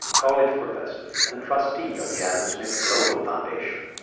college professor and trustee of the adam smith global foundation.